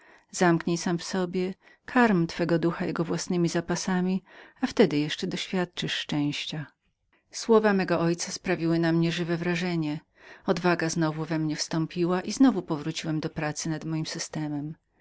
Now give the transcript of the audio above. zamknij sam w sobie karm twego ducha jego własnemi zapasami a wtedy jeszcze doświadczysz szczęścia mowa ta mego ojca sprawiwiłasprawiła na mnie żywe wrażenie odwaga znowu we mnie wstąpiła i znowu powróciłem do pracy nad moim systemem